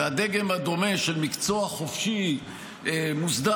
והדגם הדומה של מקצוע חופשי מוסדר,